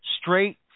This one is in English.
straight